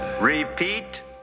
Repeat